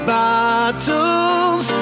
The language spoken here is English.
bottles